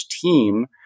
team